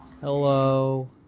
Hello